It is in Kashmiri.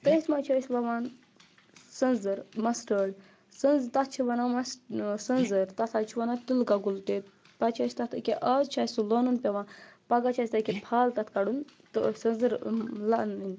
تٔتھۍ منٛز چھِ أسۍ وَوان سنٛزٕر مَسٹٲرڈ سنٛز تَتھ چھِ وَنان مَس سٔنٛزٕر تَتھ حظ چھِ وَنان تِلہٕ گۄگُل پَتہٕ چھِ اَسہِ تَتھ أکیاہ آز چھِ اَسہِ سُہ لونُن پیٚوان پَگاہ چھِ اَسہِ تَکی پھَل تَتھ کَڑُن تہٕ أسۍ سٔنٛزٕر لَنٕنۍ